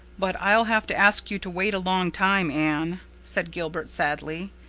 but i'll have to ask you to wait a long time, anne, said gilbert sadly.